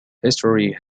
history